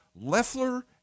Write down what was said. Leffler